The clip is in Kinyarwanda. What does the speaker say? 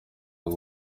ngo